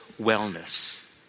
wellness